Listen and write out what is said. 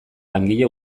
langile